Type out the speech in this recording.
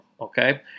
Okay